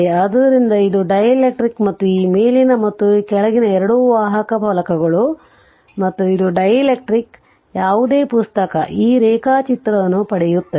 ಆದ್ದರಿಂದ ಇದು ಡೈಎಲೆಕ್ಟ್ರಿಕ್ ಮತ್ತು ಈ ಮೇಲಿನ ಮತ್ತು ಕೆಳಗಿನ ಎರಡು ವಾಹಕ ಫಲಕಗಳು ಮತ್ತು ಇದು ಡೈಎಲೆಕ್ಟ್ರಿಕ್ ಯಾವುದೇ ಪುಸ್ತಕ ಈ ರೇಖಾಚಿತ್ರವನ್ನು ಪಡೆಯುತ್ತದೆ